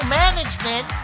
management